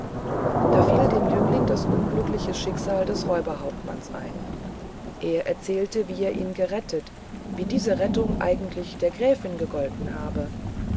da fiel dem jüngling das unglückliche schicksal des räuberhauptmanns ein er erzählte wie er ihn gerettet wie diese rettung eigentlich der gräfin gegolten habe